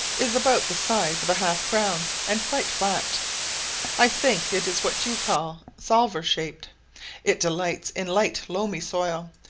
is about the size of a half crown, and quite flat i think it is what you call salver-shaped it delights in light loamy soil,